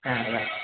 হ্যাঁ রাখ